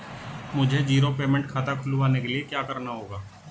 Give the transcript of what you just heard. मुझे zero payment खाता खुलवाने के लिए क्या करना होगा?